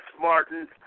Martin